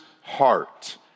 Heart